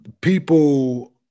people –